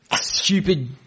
stupid